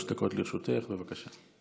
שלוש דקות לרשותך, בבקשה.